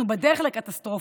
אנחנו בדרך לקטסטרופה,